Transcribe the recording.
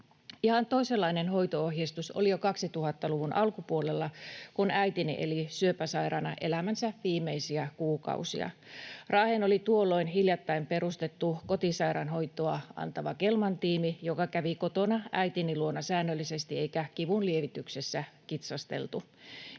toisenlainen hoito-ohjeistus oli jo 2000-luvun alkupuolella, kun äitini eli syöpäsairaana elämänsä viimeisiä kuukausia. Raaheen oli tuolloin hiljattain perustettu kotisairaanhoitoa antava Gellman-tiimi, joka kävi kotona äitini luona säännöllisesti, eikä kivunlievityksessä kitsasteltu.